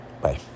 Bye